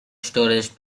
storage